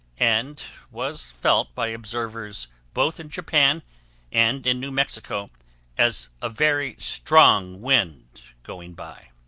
and was felt by observers both in japan and in new mexico as a very strong wind going by.